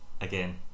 again